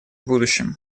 будущем